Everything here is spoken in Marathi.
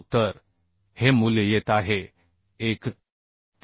तर हे मूल्य येत आहे 1